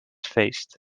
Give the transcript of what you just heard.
faced